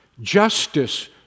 Justice